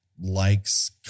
likes